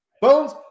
Bones